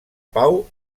pau